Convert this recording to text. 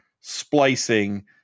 splicing